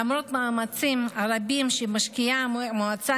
למרות המאמצים הרבים שמשקיעה המועצה